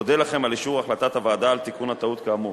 אודה לכם על אישור החלטת הוועדה על תיקון הטעות כאמור.